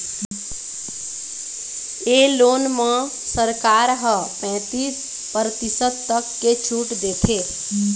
ए loan म सरकार ह पैतीस परतिसत तक के छूट देथे